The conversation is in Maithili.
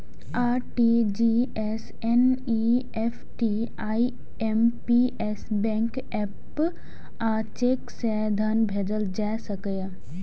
RTGS, NEFT, IMPS, bank app आ चेक सं धन भेजल जा सकैए